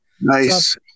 Nice